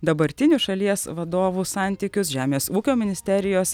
dabartinių šalies vadovų santykius žemės ūkio ministerijos